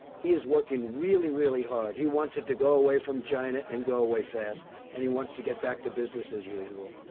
he is working really, really hard. he wants it to go away from china and a go away fast, and he wants to get back to business as usual.